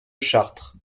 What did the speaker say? chartres